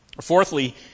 Fourthly